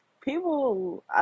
people